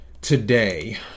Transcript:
today